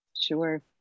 Sure